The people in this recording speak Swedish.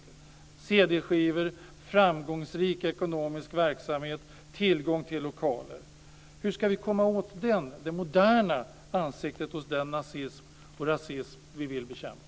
Man ger ut cd-skivor, bedriver framgångsrik ekonomisk verksamhet och man har tillgång till lokaler. Hur ska vi komma åt det moderna ansiktet hos den nazism och rasism som vi vill bekämpa?